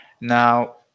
now